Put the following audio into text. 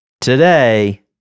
Today